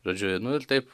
žodžiu nu ir taip